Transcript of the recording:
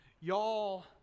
Y'all